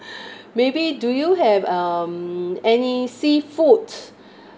maybe do you have um any seafood